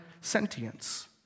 sentience